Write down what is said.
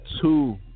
two